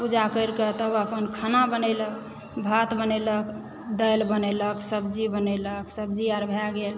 पूजा करिके तब अपन खाना बनेलक भात बनेलक दालि बनेलक सब्जी बनेलक सब्जी आर भए गेल